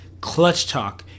CLUTCHTALK